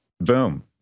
boom